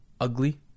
ugly